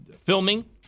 filming